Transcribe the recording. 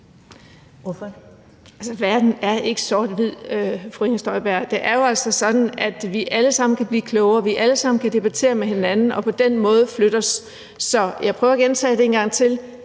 verden er ikke sort-hvid, fru Inger Støjberg. Det er jo altså sådan, at vi alle sammen kan blive klogere. Vi kan debattere med hinanden og på den måde flytte os. Så jeg prøver at sige det en gang til: